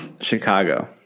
Chicago